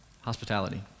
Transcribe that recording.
hospitality